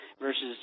versus